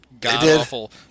god-awful